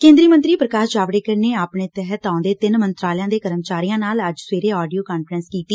ਕੇਂਦਰੀ ਮੰਤਰੀ ਪ੍ਰਕਾਸ਼ ਜਾਵੜੇਕਰ ਨੇ ਆਪਣੇ ਤਹਿਤ ਆਉਣੇ ਤਿੰਨ ਮੰਤਰਾਲਿਆਂ ਦੇ ਕਰਮਚਾਰੀਆਂ ਨਾਲ ਅੱਜ ਸਵੇਰੇ ਆਡੀਓ ਕਾਨਫਰੰਸ ਕੀਤੀ